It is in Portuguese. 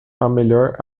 melhor